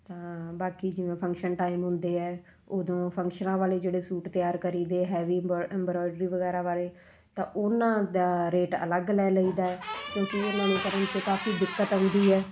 ਤਾਂ ਬਾਕੀ ਜਿਵੇਂ ਫੰਕਸ਼ਨ ਟਾਈਮ ਹੁੰਦੇ ਹੈ ਉਦੋਂ ਫੰਕਸ਼ਨਾਂ ਵਾਲੇ ਜਿਹੜੇ ਸੂਟ ਤਿਆਰ ਕਰੀਦੇ ਹੈਵੀ ਇਮਬਰ ਇਮਬਰੋਇਡਰੀ ਵਗੈਰਾ ਵਾਲੇ ਤਾਂ ਉਹਨਾਂ ਦਾ ਰੇਟ ਅਲੱਗ ਲੈ ਲਈ ਦਾ ਹੈ ਉਹਨਾਂ ਨੂੰ ਕਰਨ 'ਚ ਕਾਫੀ ਦਿੱਕਤ ਆਉਂਦੀ ਹੈ